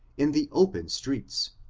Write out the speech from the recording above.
in the open streets,